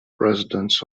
residents